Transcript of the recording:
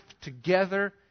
together